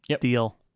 deal